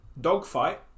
Dogfight